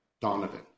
Donovan